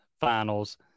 finals